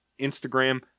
Instagram